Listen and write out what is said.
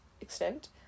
extent